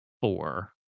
four